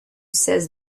says